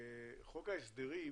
בחוק ההסדרים